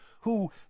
who